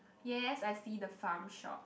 yes I see the farm shop